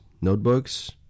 notebooks